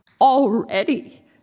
already